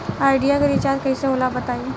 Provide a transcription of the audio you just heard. Idea के recharge कइसे होला बताई?